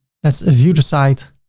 let's view the site